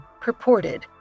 purported